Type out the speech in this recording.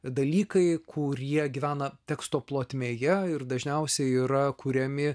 dalykai kurie gyvena teksto plotmėje ir dažniausiai yra kuriami